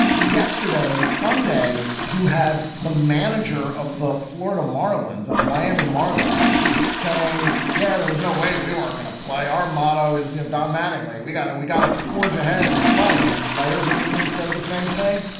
yesterday, sunday, you had the manager of the florida marlins of the miami marlins saying, yeah, there was no way we weren't going to play. our motto is, you know, don mattingly, we got to we got to forge ahead and play. and players on the team said the same thing.